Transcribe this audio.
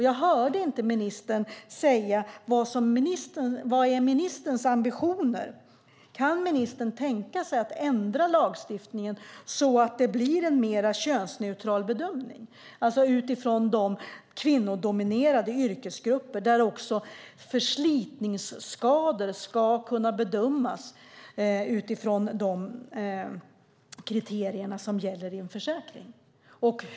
Jag hörde inte ministern säga vad hans ambition är. Kan ministern tänka sig att ändra lagstiftningen så att det blir en mer könsneutral bedömning, alltså utifrån de kvinnodominerade yrkesgrupper där även förslitningsskador ska kunna bedömas enligt kriterier som gäller i en försäkring?